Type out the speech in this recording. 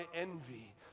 envy